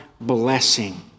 blessing